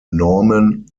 norman